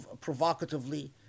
provocatively